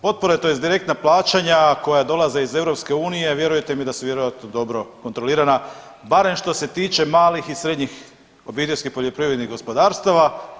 Potpore tj. direktna plaćanja koja dolaze iz EU vjerujte mi da su vjerojatno dobro kontrolirana barem što se tiče malih i srednjih obiteljskih poljoprivrednih gospodarstva.